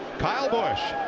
kyle busch.